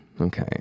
okay